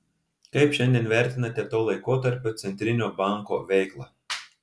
kaip šiandien vertinate to laikotarpio centrinio banko veiklą